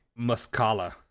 Muscala